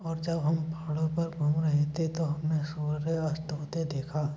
और जब हम पहाड़ों पर घूम रहे थे तो हमने सूर्यास्त होते देखा